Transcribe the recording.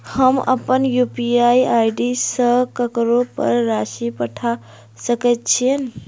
हम अप्पन UPI ID सँ ककरो पर राशि पठा सकैत छीयैन?